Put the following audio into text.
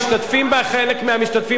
מחלק מהמשתתפים בהפגנה,